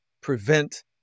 prevent